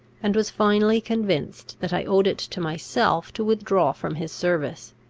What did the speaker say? and was finally convinced that i owed it to myself to withdraw from his service.